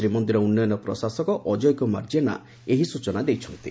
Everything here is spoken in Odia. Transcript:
ଶ୍ରୀମନ୍ଦିର ଉନ୍ନୟନ ପ୍ରଶାସକ ଅଜୟ କୁମାର ଜେନା ଏହି ସୂଚନା ଦେଇଛନ୍ତି